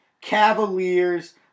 Cavaliers